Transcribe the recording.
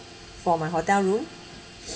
for my hotel room